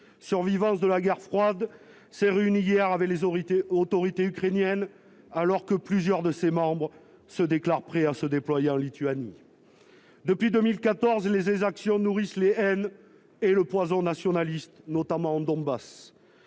survivance de la guerre froide s'est réuni hier avec les autorités autorités ukrainiennes alors que plusieurs de ses membres se déclarent prêts à se déployer en Lituanie depuis 2014 les exactions nourrissent les haines et le poison nationaliste notamment Donbass